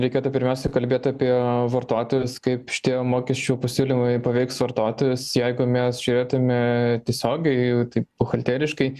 reikėtų pirmiausia kalbėt apie vartotojus kaip šitie mokesčių pasiūlymai paveiks vartotojus jeigu mes žiūrėtume tiesiogiai jau taip buhalteriškai